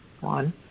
One